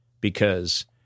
because-